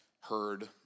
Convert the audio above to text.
heard